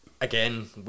again